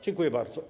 Dziękuję bardzo.